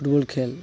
football ᱠᱷᱮᱞ